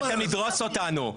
באתם לדרוס אותנו.